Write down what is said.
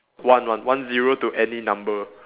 one one one zero to any number